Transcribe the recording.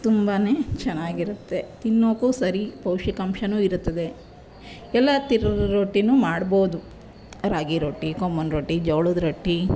ತುಂಬನೇ ಚೆನ್ನಾಗಿರುತ್ತೆ ತಿನ್ನೋಕು ಸರಿ ಪೌಷ್ಟಿಕಾಂಶವೂ ಇರುತ್ತದೆ ಎಲ್ಲ ರೀತಿ ರೋಟಿಯೂ ಮಾಡ್ಬೋದು ರಾಗಿ ರೋಟಿ ಕೊಮ್ಮನ್ ರೋಟಿ ಜೋಳದ ರೊಟ್ಟಿ